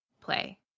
play